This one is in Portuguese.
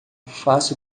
faça